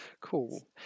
cool